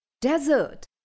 desert